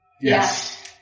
Yes